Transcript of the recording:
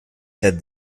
said